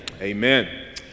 Amen